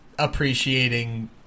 appreciating